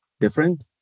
different